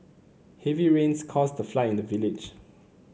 heavy rains caused a fly in the village